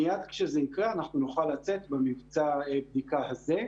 מייד כשזה יקרה, אנחנו נוכל לצאת במבצע בדיקה הזה.